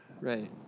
Right